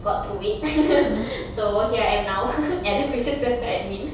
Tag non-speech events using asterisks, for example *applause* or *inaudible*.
got through it *laughs* so here I am now as a tuition centre admin